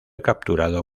capturado